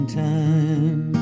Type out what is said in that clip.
time